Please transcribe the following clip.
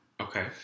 Okay